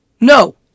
No